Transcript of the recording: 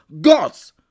God's